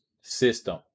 system